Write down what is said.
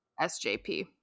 sjp